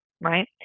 right